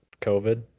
COVID